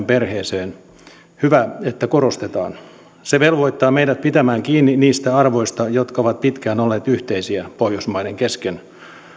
perheeseen hyvä että korostetaan se velvoittaa meidät pitämään kiinni niistä arvoista jotka ovat pitkään olleet yhteisiä pohjoismaiden kesken